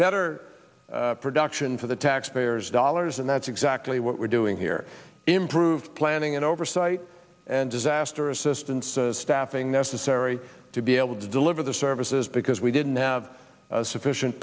better production for the taxpayers dollars and that's exactly what we're doing here improve planning and oversight and disaster assistance staffing necessary to be able to deliver the services because we didn't have sufficient